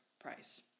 price